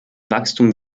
wachstum